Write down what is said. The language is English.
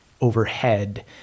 overhead